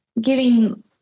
giving